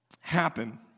happen